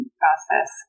process